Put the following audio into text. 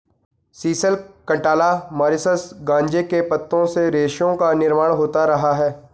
sisal, कंटाला, Mauritius गांजे के पत्तों से रेशों का निर्माण होता रहा है